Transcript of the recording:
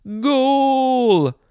Goal